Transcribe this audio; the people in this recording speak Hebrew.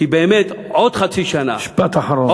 כי, באמת, עוד חצי שנה, משפט אחרון.